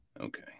Okay